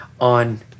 on